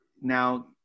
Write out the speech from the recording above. now